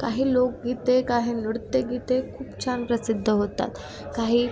काही लोकगीते काही नृत्यगीते खूप छान प्रसिद्ध होतात काही